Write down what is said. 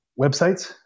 websites